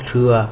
true ah